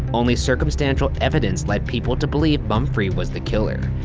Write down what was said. only circumstantial evidence lead people to believe mumfre was the killer.